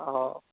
हो